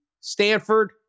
Stanford